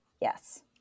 Yes